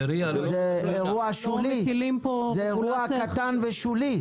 זה אירוע קטן ושולי.